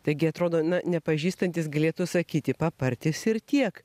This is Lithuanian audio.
taigi atrodo nepažįstantis galėtų sakyti papartis ir tiek